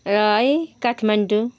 र है काठमाडौँ